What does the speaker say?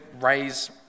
raise